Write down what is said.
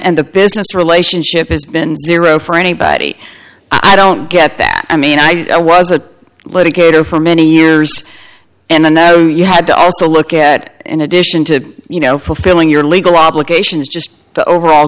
and the business relationship has been zero for anybody i don't get that i mean i was a litigator for many years and i know you had to also look at in addition to you know fulfilling your legal obligations just the overall